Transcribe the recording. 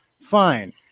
Fine